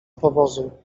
powozu